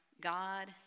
God